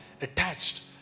attached